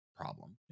problem